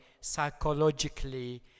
psychologically